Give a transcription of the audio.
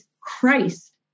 Christ